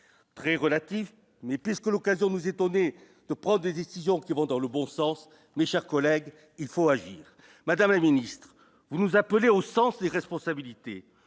très relatif, mais puisque l'occasion nous étonner de prendre des décisions qui vont dans le bon sens, mes chers collègues, il faut agir, Madame le Ministre, vous nous appelez au sens des responsabilités,